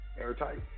Airtight